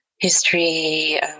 History